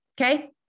okay